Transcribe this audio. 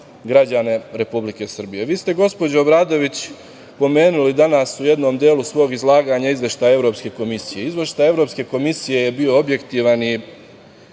građane Republike Srbije. Vi ste, gospođo Obradović, pomenuli danas u jednom delu svog izlaganja izveštaj Evropske komisije. Izveštaj Evropske komisije je bio objektivan